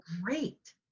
great